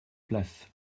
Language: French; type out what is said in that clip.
place